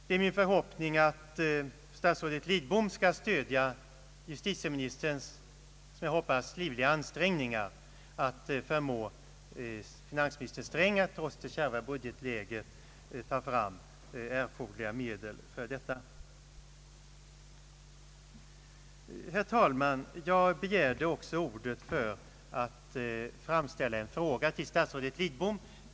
Det är min förhoppning att statsrådet Lidbom skall stödja justitieministerns som jag hoppas livliga ansträngningar att förmå finansminister Sträng att trots det kärva budgetläget ta fram erforderliga medel för detta. Herr talman! Jag begärde också ordet för att framställa en fråga till statsrådet Lidbom.